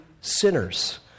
sinners